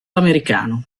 americano